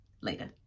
Later